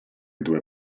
due